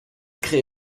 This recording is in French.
crée